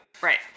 Right